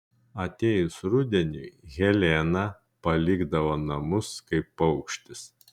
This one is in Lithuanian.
atėjus rudeniui helena palikdavo namus kaip paukštis